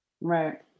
Right